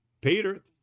Peter